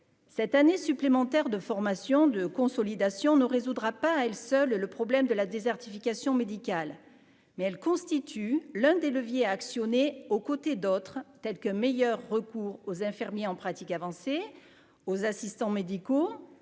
cette année supplémentaire de formation, de consolidation ne résoudra pas à elle seule le problème de la désertification médicale mais elle constitue l'un des leviers à actionner aux côtés d'autres tels que meilleur recours aux infirmiers en pratique avancée aux assistants médicaux